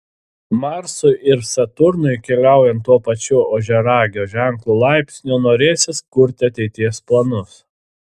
marsui ir saturnui keliaujant tuo pačiu ožiaragio ženklo laipsniu norėsis kurti ateities planus